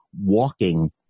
walking